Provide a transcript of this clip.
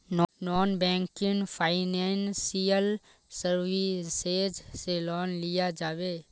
Non banking financial services से loan लिया जाबे?